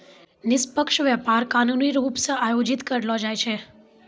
निष्पक्ष व्यापार कानूनी रूप से आयोजित करलो जाय छै